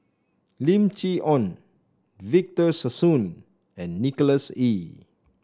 Lim Chee Onn Victor Sassoon and Nicholas Ee